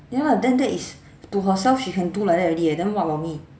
ya lah then that is to herself she can do like that already and then what about me